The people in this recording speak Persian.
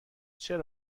چرا